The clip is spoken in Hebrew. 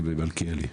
מלכיאלי.